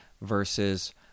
Versus